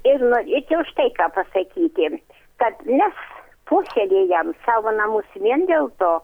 ir norėčiau štai ką pasakyti kad mes puoselėjam savo namus vien dėl to